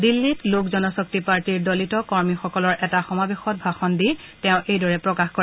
দিল্লীত লোক জন শক্তি পাৰ্টীৰ দলিত্ কৰ্মীসকলৰ এটা সমাবেশত ভাষণ দি তেওঁ এইদৰে প্ৰকাশ কৰে